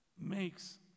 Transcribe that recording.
makes